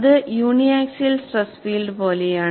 അത് uniaxial stress field പോലെയാണ്